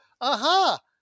aha